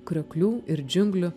krioklių ir džiunglių